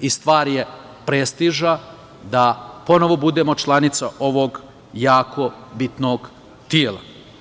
i stvar je prestiža da ponovo budemo članica ovog jako bitnog tela.